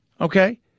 Okay